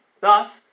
thus